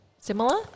Similar